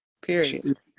period